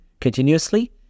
continuously